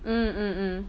mm mm mm